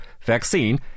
vaccine